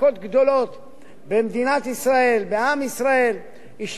השאיר ספקות רבים לגבי השירות שהמדינה מחויבת לתת לאזרחיה.